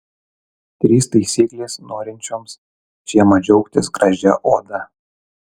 trys taisyklės norinčioms žiemą džiaugtis gražia oda